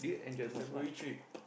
the February trip